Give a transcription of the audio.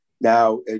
Now